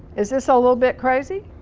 is this a little bit crazy?